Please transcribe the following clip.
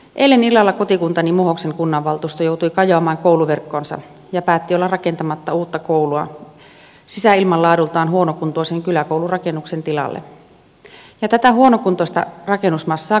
eilen illalla kotikuntani muhoksen kunnanvaltuusto joutui kajoamaan kouluverkkoonsa ja päätti olla rakentamatta uutta koulua sisäilmanlaadultaan huonokuntoisen kyläkoulurakennuksen tilalle ja tätä huonokuntoista rakennusmassaa kunnissa riittää